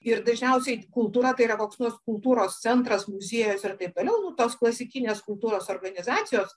ir dažniausiai kultūra tai yra koks nors kultūros centras muziejus ir taip toliau nu tos klasikinės kultūros organizacijos